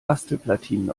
bastelplatinen